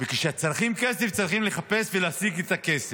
וכשצריכים כסף, צריכים לחפש ולהשיג את הכסף.